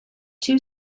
two